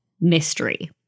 mystery